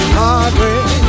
heartbreak